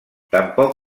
tampoc